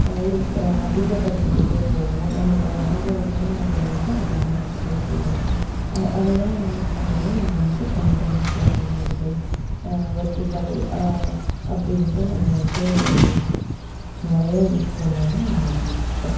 இன் அதிகப்படுத்திக்கிட்டே போவோம் நம்மளுடைய அனுபவமும் அதில் வந்துட்டு அதிகமாகிக்கிட்டே போகும் அதைதான் அவங்க வந் பார்த்தீங்கன்னா நம்ம வந்துட்டு கண்டெய்னர் கார்ட்னிங் வெல்டிங் வெர்ட்டிகல் அப்படின்ட்டு நம்ம வந்துட்டு நிறையா யூஸ் பண்ணவும் ஆரமிச்சுட்டோம்